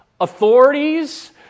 authorities